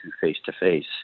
face-to-face